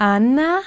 Anna